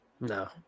no